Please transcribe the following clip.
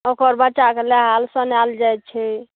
ओकर बच्चाके नहाएल सोनाएल जाइत छै